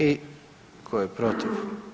I tko je protiv?